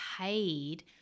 paid